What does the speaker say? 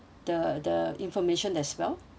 the the information as well